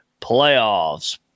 playoffs